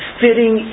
fitting